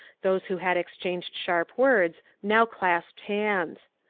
those who had exchanged sharp words now clasped hands.